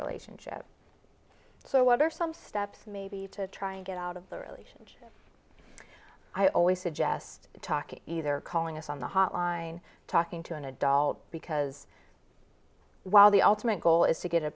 relationship so what are some steps maybe to try and get out of the relationship i always suggest talking either calling us on the hotline talking to an adult because while the ultimate goal is to get a